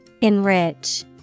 Enrich